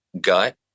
gut